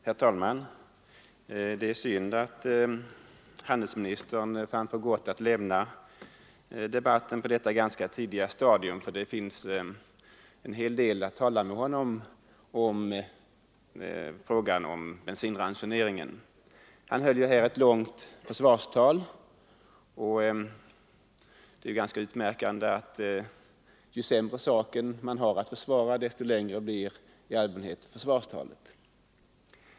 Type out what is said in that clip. Herr talman! Det är synd att handelsministern fann för gott att lämna debatten här i kammaren på detta tidiga stadium, ty det finns en hel del att tala med honom om i fråga om bensinransoneringen. Han höll ett långt försvarstal, och det är ganska utmärkande att ju sämre sak man har att försvara desto längre blir i allmänhet försvarstalet.